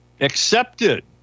accepted